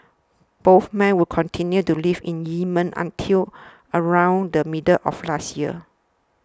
both men would continue to live in Yemen until around the middle of last year